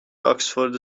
آکسفورد